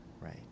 Right